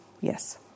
Yes